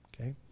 okay